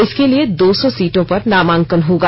इसके लिए दो सौ सीटों पर नामांकन होगा